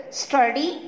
study